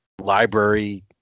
library